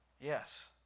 Yes